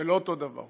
זה לא אותו דבר.